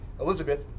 elizabeth